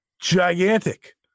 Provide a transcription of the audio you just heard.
gigantic